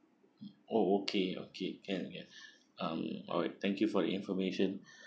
oh okay okay can can um alright thank you for the information